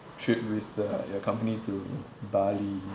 trip with uh your company to bali